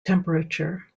temperature